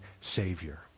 Savior